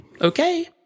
okay